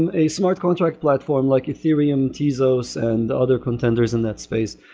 and a smart contract platform, like ethereum, tezos and the other contenders in that space,